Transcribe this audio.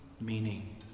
meaning